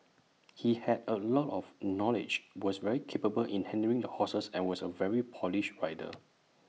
he had A lot of knowledge was very capable in handling the horses and was A very polished rider